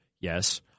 Yes